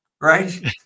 right